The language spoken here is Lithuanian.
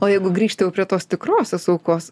o jeigu grįžtumėm prie tos tikrosios aukos